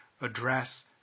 address